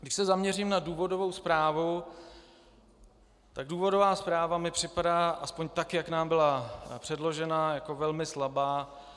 Když se zaměřím na důvodovou zprávu, důvodová zpráva mi připadá, aspoň tak, jak nám byla předložena, jako velmi slabá.